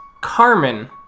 Carmen